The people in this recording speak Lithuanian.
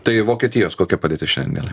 tai vokietijos kokia padėtis šiandien